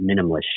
minimalist